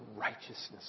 righteousness